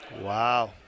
Wow